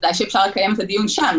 -- ודאי שאפשר לקיים את הדיון שם,